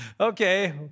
okay